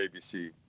ABC